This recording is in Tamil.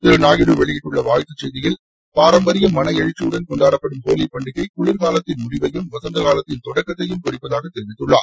திரு நாயுடு வெளியிட்டுள்ள வாழ்த்துச் செய்தியில் பாரம்பரிய மனஎழுச்சியுடன் கொண்டாடப்படும் ஹோலி பண்டிகை குளிர்காலத்தின் முடிவையும் வசந்த காலத்தின் தொடக்கத்தையும் குறிப்பதாக தெரிவித்துள்ளார்